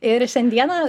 ir šiandieną